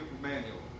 manual